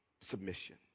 Submission